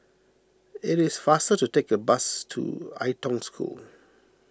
it is faster to take the bus to Ai Tong School